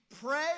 pray